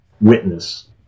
witness